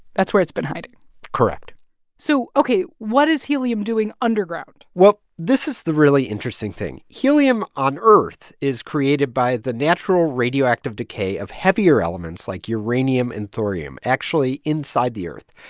that's where it's been hiding correct so ok. what is helium doing underground? well, this is the really interesting thing. helium on earth is created by the natural radioactive decay of heavier elements like uranium and thorium actually actually inside the earth.